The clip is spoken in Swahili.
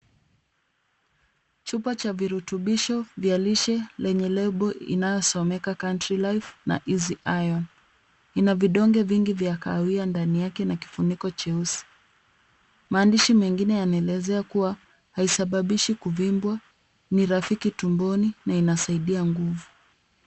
Chupa cha virutubisho vya lishe lenye lebo inayosomeka Country Life na Easy Iron .Ina vidonge vingi vya kahawia ndani yake na kifuniko cheusi. Maandishi mengine yanaelezea kuwa haisababishi kuvimbwa, ni rafiki tumboni na inasaidia nguvu.